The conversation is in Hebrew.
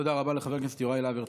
תודה רבה לחבר הכנסת יוראי להב הרצנו.